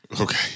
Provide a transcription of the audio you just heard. Okay